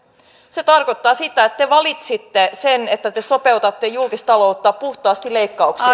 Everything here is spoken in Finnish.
se tarkoittaa sitä että te valitsitte sen että te sopeutatte julkistaloutta puhtaasti leikkauksilla